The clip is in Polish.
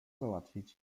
załatwić